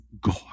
God